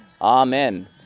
amen